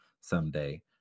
someday